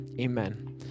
amen